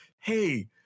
hey